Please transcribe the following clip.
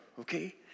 okay